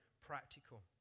practical